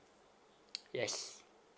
yes